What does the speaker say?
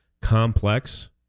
complex